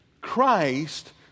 Christ